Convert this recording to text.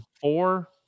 four